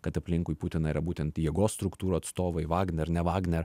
kad aplinkui putiną yra būtent jėgos struktūrų atstovai vagner ne vagner